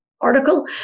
article